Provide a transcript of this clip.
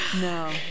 No